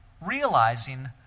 realizing